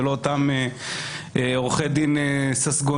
זה לא אותם עורכי דין ססגוניים.